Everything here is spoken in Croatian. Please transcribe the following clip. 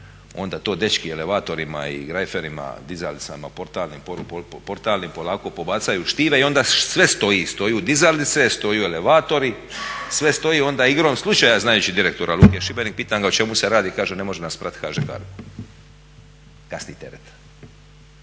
onda to dečki elevatorima i grajferima, dizalicama, portalnim polako pobacuju štive i onda sve stoji, stoje dizalice, stoje elevatori, sve stoji i onda igrom slučaja znajući direktora Luke Šibenik pitam ga o čemu se radi, kaže ne može nas pratiti HŽ Cargo. Kasni teret.